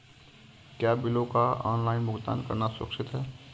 क्या बिलों का ऑनलाइन भुगतान करना सुरक्षित है?